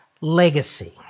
Legacy